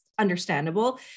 Understandable